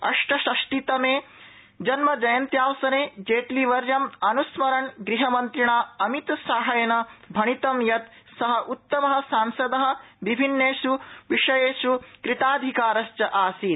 अष्टषष्ठीतमे जन्मजयन्त्यावसरे जेटलीवर्यम् अनुस्मरन् गृहमन्त्रिणा अमितशाहेन भणितं यत् स उत्तम सांसद विभिन्नेष् विषयेष् कृताधिकारश्व आसीत्